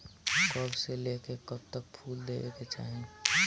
कब से लेके कब तक फुल देवे के चाही?